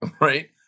right